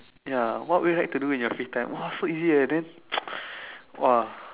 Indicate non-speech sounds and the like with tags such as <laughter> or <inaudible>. ya what will you like to do in your free time !wah! so easy eh then <noise> !wah!